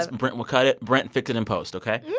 ah and brent, we'll cut it. brent, fix it in post, ok?